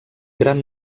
gran